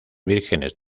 vírgenes